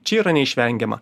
čia yra neišvengiama